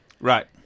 Right